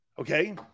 Okay